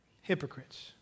Hypocrites